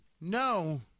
No